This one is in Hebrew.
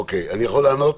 אני יכול לענות?